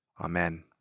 amen